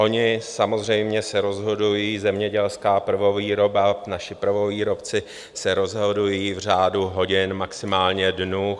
Oni samozřejmě se rozhodují, zemědělská prvovýroba, naši prvovýrobci se rozhodují v řádu hodin, maximálně dnů.